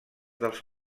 dels